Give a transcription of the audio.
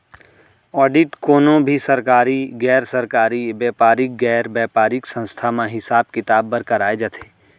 audit कोनो भी सरकारी, गैर सरकारी, बेपारिक, गैर बेपारिक संस्था म हिसाब किताब बर कराए जाथे